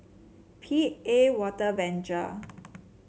P A Water Venture